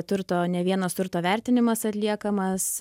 turto ne vienas turto vertinimas atliekamas